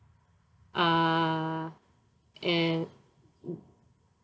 uh and